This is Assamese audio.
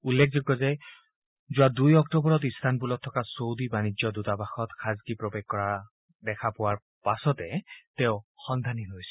উল্লেখযোগ্য যে যোৱা দুই অক্টোবৰত ইটানবুলত থকা চৌদি বানিজ্যিক দুটাবাসত খাচগিক প্ৰৱেশ কৰাৰ দেখা পোৱা পাছৰে পৰা সন্ধানহীন হৈছিল